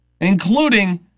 Including